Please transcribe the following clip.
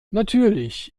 natürlich